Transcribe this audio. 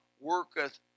worketh